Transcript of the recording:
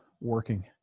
working